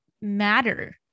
matter